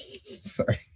Sorry